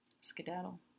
skedaddle